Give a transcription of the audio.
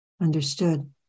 Understood